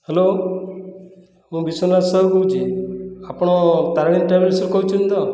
hello ମୁଁ ବିଶ୍ୱନାଥ ସାହୁ କହୁଛି ଆପଣ ତାରିଣୀ ଟ୍ରାଭେଲ୍ସରୁ କହୁଛନ୍ତି ତ